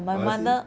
ah you see